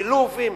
בלובים,